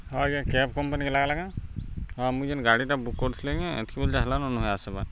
ହଁ ଆଜ୍ଞା କେବ୍ କମ୍ପାନୀକେ ଲାଗ୍ଲା କେଁ ହଁ ମୁଇଁ ଯେନ୍ ଗାଡ଼ିଟା ବୁକ୍ କରିଥିଲି ଆଜ୍ଞା ଏତ୍କି ବେଲ୍ ହେଲାନ ନୁହେଁ ଆସ୍ବାର୍